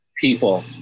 people